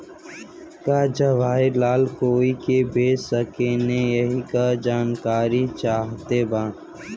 की जवाहिर लाल कोई के भेज सकने यही की जानकारी चाहते बा?